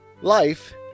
Life